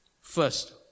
First